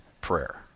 prayer